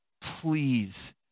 please